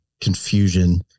confusion